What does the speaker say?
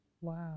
Wow